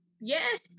Yes